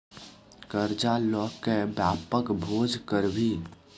करजा ल कए बापक भोज करभी?